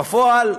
בפועל,